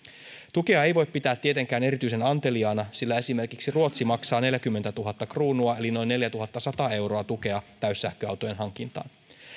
tukea ei voi pitää tietenkään erityisen anteliaana sillä esimerkiksi ruotsi maksaa neljäkymmentätuhatta kruunua eli noin neljätuhattasata euroa tukea täyssähköautojen hankintaan